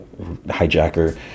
hijacker